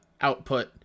output